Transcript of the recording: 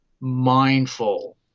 mindful